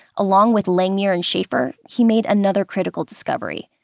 along with langmuir and schaefer, he made another critical discovery.